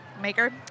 maker